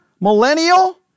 millennial